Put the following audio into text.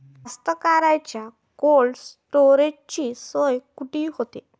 कास्तकाराइच्या कोल्ड स्टोरेजची सोय कुटी होते?